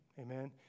Amen